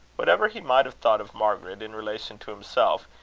whatever he might have thought of margaret in relation to himself,